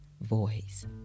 voice